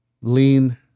lean